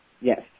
Yes